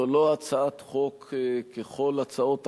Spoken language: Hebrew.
זו לא הצעת חוק ככל הצעות החוק,